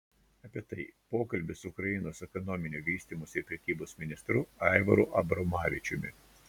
apie tai pokalbis su ukrainos ekonominio vystymo ir prekybos ministru aivaru abromavičiumi